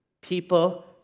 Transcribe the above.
people